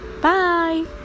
bye